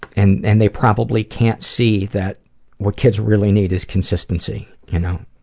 and and they probably can't see that what kids really need is consistency, you know?